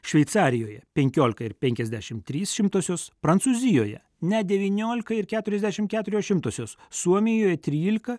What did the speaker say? šveicarijoje penkiolika ir penkiasdešim trys šimtosios prancūzijoje net devyniolika ir keturiasdešim keturios šimtosios suomijoje trylika